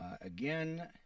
again